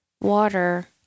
water